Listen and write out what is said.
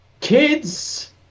kids